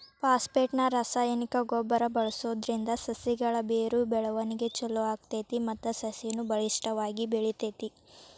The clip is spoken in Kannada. ಫಾಸ್ಫೇಟ್ ನ ರಾಸಾಯನಿಕ ಗೊಬ್ಬರ ಬಳ್ಸೋದ್ರಿಂದ ಸಸಿಗಳ ಬೇರು ಬೆಳವಣಿಗೆ ಚೊಲೋ ಆಗ್ತೇತಿ ಮತ್ತ ಸಸಿನು ಬಲಿಷ್ಠವಾಗಿ ಬೆಳಿತೇತಿ